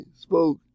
spoke